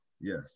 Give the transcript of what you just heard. yes